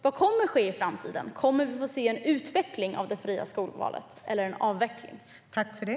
Vad kommer att ske i framtiden? Kommer vi att få se en utveckling av det fria skolvalet eller en avveckling av det?